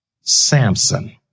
Samson